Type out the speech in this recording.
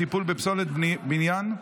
טיפול בפסולת בניין),